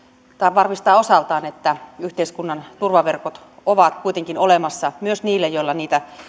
varmistaa osaltaan että yhteiskunnan turvaverkot ovat kuitenkin olemassa myös niille joilla niitä